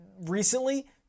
recently